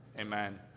Amen